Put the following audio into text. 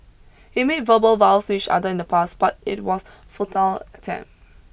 he made verbal vows to each other in the past but it was futile attempt